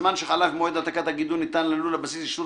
בזמן שחלף ממועד העתקת הגידול ניתן ללול הבסיס אישור